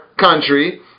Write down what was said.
country